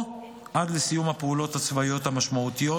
או עד לסיום הפעולות הצבאיות המשמעותיות,